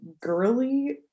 girly